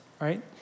right